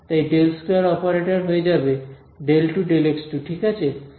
তাই ∇2 অপারেটর হয়ে যাবে ∂2 ∂x2 ঠিক আছে